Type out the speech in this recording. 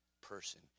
person